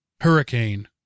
hurricane